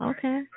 Okay